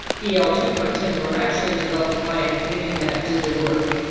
il two point ten were actually developed by a committee that did the work,